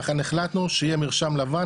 לכן החלטנו שיהיה מרשם לבן,